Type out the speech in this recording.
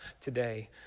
today